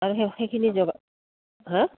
আৰু সেই সেইখিনি জ হা